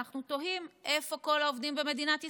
ואנחנו תוהים: איפה כל העובדים במדינת ישראל,